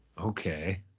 Okay